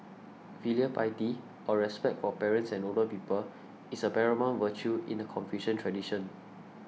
filial piety or respect for parents and older people is a paramount virtue in the Confucian tradition